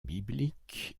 biblique